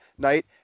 night